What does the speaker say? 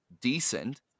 decent